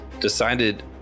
decided